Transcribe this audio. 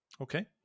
Okay